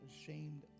ashamed